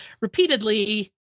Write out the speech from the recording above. repeatedly